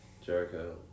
Jericho